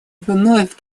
вновь